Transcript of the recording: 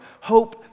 Hope